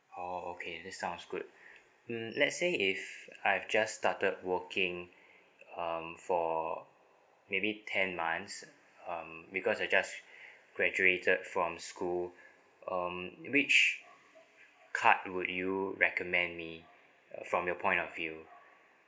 oh okay that sounds good mm let's say if I've just started working um for maybe ten months um because I just graduated from school um which card would you recommend me from your point of view